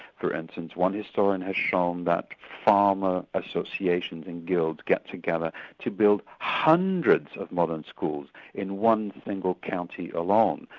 for instance, one historian has shown that farmer associations and guilds get together to build hundreds of modern schools in one single country alone,